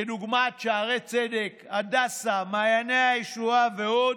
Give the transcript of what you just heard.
כדוגמת שערי צדק, הדסה, מעייני הישועה ועוד,